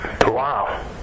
Wow